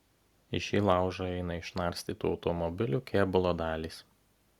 į šį laužą eina išnarstytų automobilių kėbulo dalys